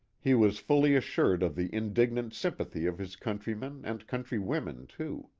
he was fully assured of the indignant sympathy of his countrymen and countrywomen too.